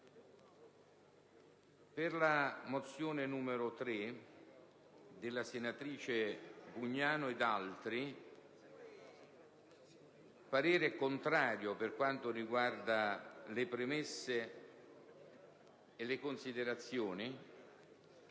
alla mozione n. 3, della senatrice Bugnano ed altri, il parere è contrario per quanto riguarda le premesse e il considerato